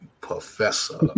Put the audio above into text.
professor